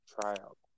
tryout